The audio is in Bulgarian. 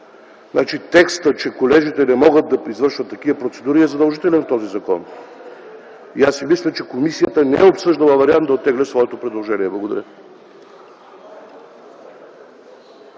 Текстът, че колежите не могат да извършват такива процедури е задължителен в този закон. И аз мисля, че комисията не е обсъждала вариант да оттегля своето предложение. Благодаря.